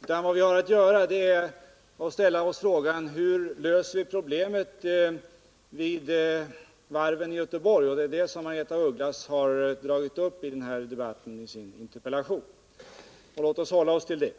Vad vi har att göra är att ställa oss frågan: Hur löser vi problemen vid varven i Göteborg? Det är den fråga som Margaretha af Ugglas tagit upp i sin interpellation. Låt oss hålla oss till det.